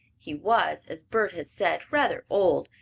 he was, as bert had said, rather old,